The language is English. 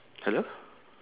hello